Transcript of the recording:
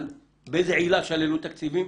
באיזה עילה שללו תקציבים